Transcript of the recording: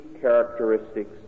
characteristics